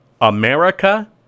America